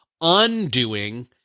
undoing